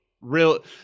real